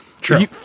True